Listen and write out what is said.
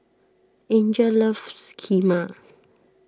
Angel loves Kheema